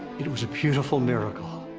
it was a beautiful miracle.